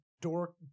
dork